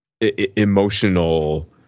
emotional